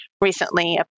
recently